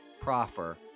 proffer